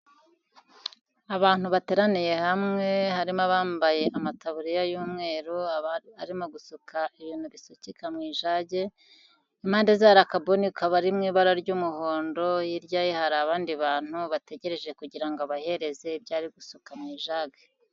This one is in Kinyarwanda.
Abantu bateraniye hamwe harimo abambaye amataburiya y'umweru arimo gusuka ibintu bisekeka mu ijage, impande ze hari akabuni kari mu ibara ry'umuhondo, hiryayi hari abandi bantu bategereje kugira abahereze ibyo ari gusuka mu ijage.